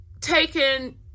taken